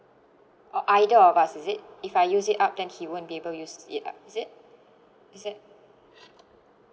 uh either of us is it if I use it up then he won't be able to use it up is it is it